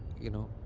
you know,